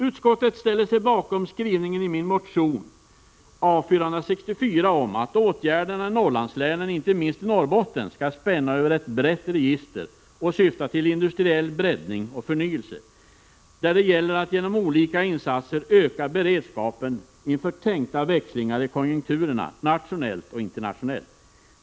Utskottet ställer sig bakom skrivningen i min motion A464 om att åtgärderna i Norrlandslänen, inte minst i Norrbotten, skall spänna över ett brett register och syfta till industriell breddning och förnyelse, där det gäller att genom olika insatser öka beredskapen inför tänkta växlingar i konjunkturerna nationellt och internationellt.